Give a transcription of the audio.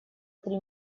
три